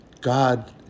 God